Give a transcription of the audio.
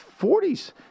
40s